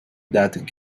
that